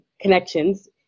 connections